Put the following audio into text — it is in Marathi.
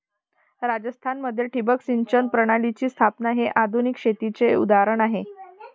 राजस्थान मध्ये ठिबक सिंचन प्रणालीची स्थापना हे आधुनिक शेतीचे उदाहरण आहे